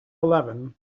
eleven